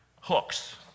hooks